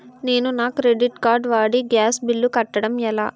నేను నా credit card వాడి గ్యాస్ బిల్లు కట్టడం ఎలా?